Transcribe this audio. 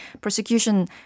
prosecution